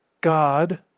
God